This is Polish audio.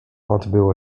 odbyło